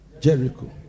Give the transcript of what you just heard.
Jericho